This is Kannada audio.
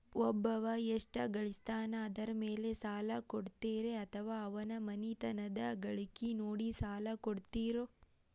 ಒಬ್ಬವ ಎಷ್ಟ ಗಳಿಸ್ತಾನ ಅದರ ಮೇಲೆ ಸಾಲ ಕೊಡ್ತೇರಿ ಅಥವಾ ಅವರ ಮನಿತನದ ಗಳಿಕಿ ನೋಡಿ ಸಾಲ ಕೊಡ್ತಿರೋ?